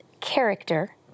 character